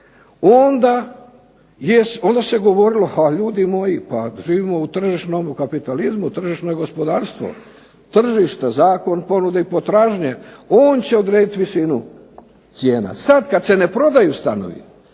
onda se govorilo a ljudi moji pa živimo u tržišnom kapitalizmu, tržišno je gospodarstvo. Tržište, zakon ponude i potražnje on će odrediti visinu cijena. Sad kad se ne prodaju stanovi,